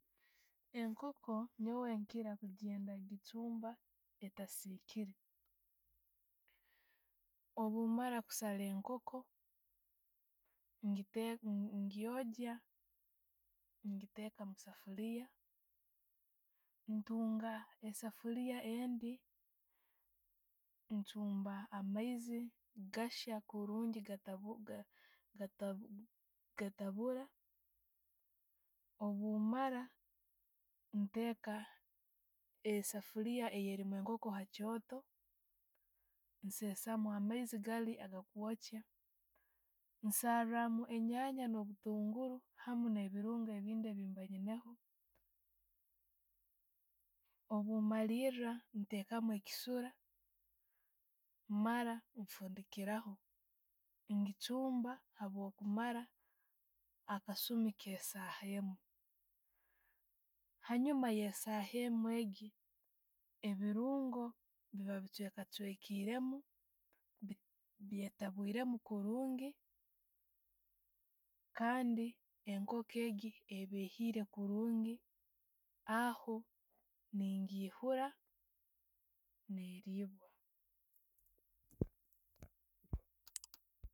Enkooko nyoowe nkiira gyenda gichumba etasiikirwe, obumara kusaara enkooko, ngiteka ngyogya, ngiteka musefuuliiya. Ntunga esofuliiya endi, nchumba amaiizi, gachya kurungi, gatabu gatabuura. Obumaara, nteeka esoffuliya eyeliimu enkooko hakyooto, nsesaamu amaizi gaali agakwokya, nsaramu enjanja no'butunguru hamu ne'birungo bindi byembarenaho, obwemaliira, nteekamu ekisuura, maara nfundikiraho, nchumba obwokumaara akasuumi ake saaha nkeemu. Hanjuma ya saahemu egi, ebirungo ne'biba bichekachwikiremu, byetabwiremu kurungi kandi enkoko egyi eba ehiire kurungi aho nengihuura ne'liibwa.